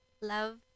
love